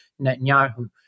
Netanyahu